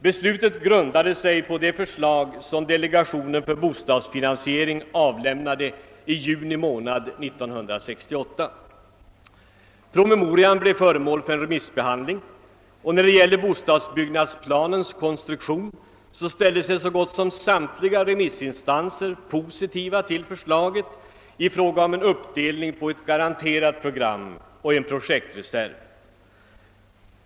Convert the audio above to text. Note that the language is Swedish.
Beslutet grundade sig på det förslag som delegationen för bostadsfinansiering avlämnade i juni månad 1968. Promemorian blev föremål för remissbehandling, och när det gäller bostadsbyggnadsplanens konstruktion ställde sig så gott som samtliga remissinstanser positiva till förslaget om en uppdelning på ett garanterat program och en projektreserv.